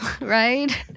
right